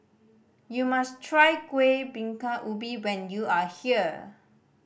you must try Kuih Bingka Ubi when you are here